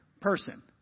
person